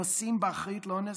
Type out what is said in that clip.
נושאים באחריות לאונס?